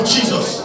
Jesus